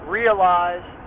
realize